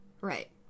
Right